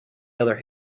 other